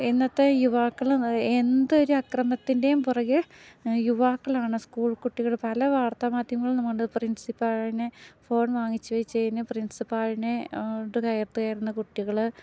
ഇന്നത്തെ യുവാക്കള് എന്തൊരു അക്രമത്തിൻ്റേം പുറകെ യുവാക്കളാണ് സ്കൂൾ കുട്ടികള് പല വാർത്താ മാധ്യങ്ങളും നമുക്കുണ്ട് പ്രിൻസിപ്പാളിനെ ഫോൺ വാങ്ങിച്ച് വെച്ചതിന് പ്രിൻസിപ്പാളിനെ നോട് കയർത്തുകയറുന്ന കുട്ടികള്